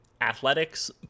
athletics